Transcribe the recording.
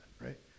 right